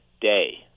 day